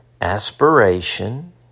Aspiration